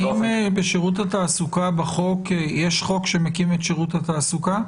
האם יש חוק שמקים את שירות התעסוקה?